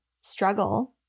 struggle